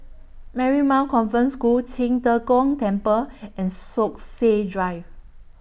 Marymount Convent School Qing De Gong Temple and Stokesay Drive